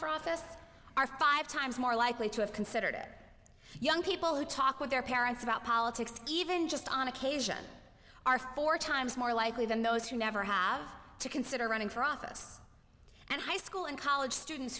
for office are five times more likely to have considered young people who talk with their parents about politics even just on occasion are four times more likely than those who never have to consider running for office and high school and college students